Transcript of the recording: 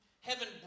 Heaven